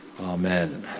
amen